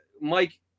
Mike